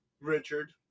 Richard